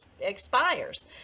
expires